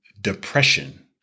depression